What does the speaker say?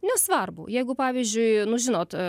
nesvarbu jeigu pavyzdžiui nu žinot